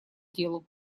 делу